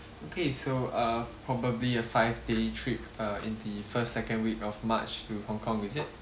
okay so uh probably a five day trip uh in the first second week of march to hong kong is it